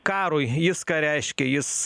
karui jis ką reiškia jis